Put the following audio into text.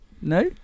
No